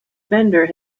bender